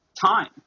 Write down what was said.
time